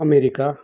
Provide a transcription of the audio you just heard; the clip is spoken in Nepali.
अमेरिका